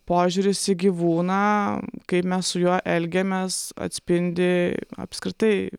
požiūris į gyvūną kaip mes su juo elgiamės atspindi apskritai